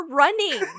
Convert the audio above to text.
running